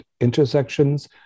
intersections